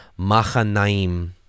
Machanaim